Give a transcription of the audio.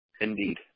Indeed